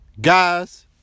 Guys